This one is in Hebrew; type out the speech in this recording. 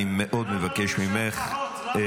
אני בדרך כלל מתעלם ממנה -- תתעלם,